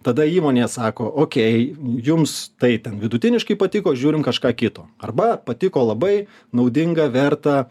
tada įmonė sako okei jums tai ten vidutiniškai patiko žiūrim kažką kito arba patiko labai naudinga verta